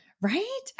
Right